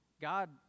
God